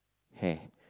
hair